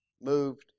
moved